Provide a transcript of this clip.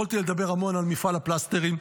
יכולתי לדבר המון על מפעל הפלסטרים,